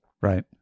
Right